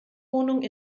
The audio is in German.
wohnung